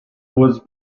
was